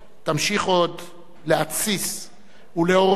תמשיך עוד להתסיס ולעורר,